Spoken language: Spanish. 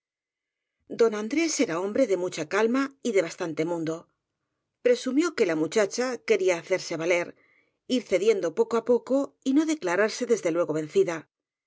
don andrés era hombre de mucha calma y de bastante mundo presumió que la muchacha que ría hacerse valer ir cediendo poco á poco y no de clararse desde luego vencida